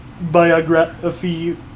biography